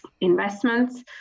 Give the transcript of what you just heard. investments